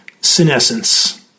senescence